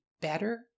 better